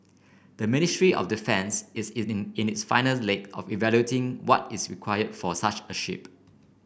the ministry of defence is in the in the final leg of evaluating what is require for such a ship